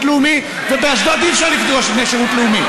לאומי ובאשדוד אי-אפשר לפגוש בני שירות לאומי?